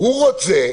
הוא רוצה,